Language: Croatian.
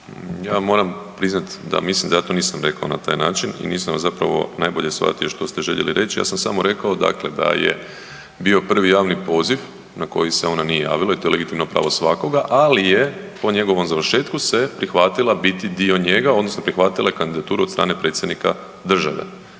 Ja moram priznati da mislim da ja to nisam rekao na taj način i nisam zapravo najbolje shvatio što ste željeli reći, ja sam samo rekao dakle da je bio prvi javni poziv na koji se ona nije javila i to je legitimno pravo svakoga, ali je po njegovom završetku se prihvatila biti dio njega odnosno prihvatila je kandidaturu od strane Predsjednika države.